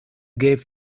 gave